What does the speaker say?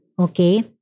Okay